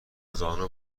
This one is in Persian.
زانو